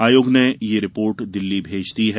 आयोग ने यह रिपोर्ट दिल्ली भेज दी है